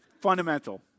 fundamental